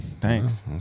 thanks